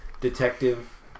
detective